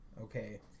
Okay